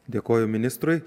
dėkoju ministrui